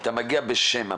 אתה מגיע בשם הפונים.